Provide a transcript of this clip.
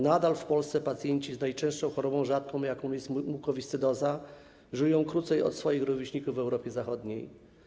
Nadal w Polsce pacjenci z najczęstszą chorobą rzadką, jaką jest mukowiscydoza, żyją krócej od swoich rówieśników w Europie Zachodniej.